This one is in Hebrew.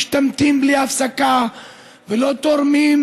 משתמטים בלי הפסקה ולא תורמים,